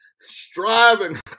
striving